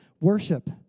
Worship